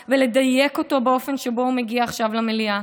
ולדייק אותו באופן שבו הוא מגיע עכשיו למליאה,